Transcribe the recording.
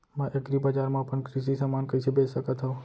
मैं एग्रीबजार मा अपन कृषि समान कइसे बेच सकत हव?